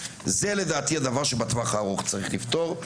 זה לדעתי הדבר שבטווח הארוך צריך לפתור,